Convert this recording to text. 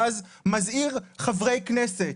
ואז מזהיר חברי כנסת.